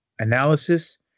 analysis